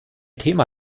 thema